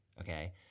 okay